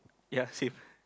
ya same